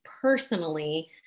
personally